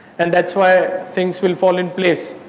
and that is why things will fall in place.